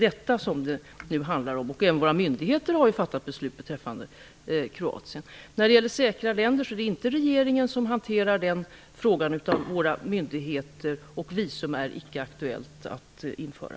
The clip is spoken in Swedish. Även våra myndigheter har fattat beslut beträffande kroater. Det är inte regeringen som hanterar frågan om säkra länder utan våra myndigheter. Visum är inte aktuellt att införa.